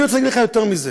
אני רוצה להגיד לך יותר מזה.